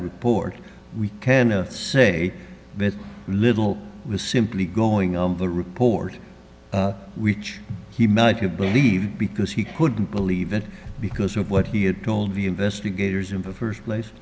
report we can say that little was simply going on the report we each he made you believe because he couldn't believe it because of what he had told view investigators in the first place